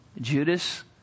Judas